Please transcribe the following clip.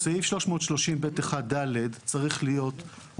סעיף 330ב(1)(ד) צריך להיות לפי הנוסח הבא: